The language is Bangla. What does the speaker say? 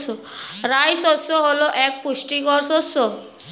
রাই শস্য হল এক পুষ্টিকর শস্য